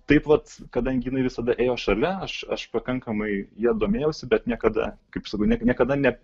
taip vat kadangi jinai visada ėjo šalia aš aš pakankamai ja domėjausi bet niekada kaip sakau ne niekada ne